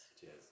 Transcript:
Cheers